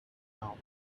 now